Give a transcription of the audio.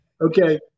okay